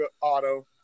Auto